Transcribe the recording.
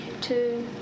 two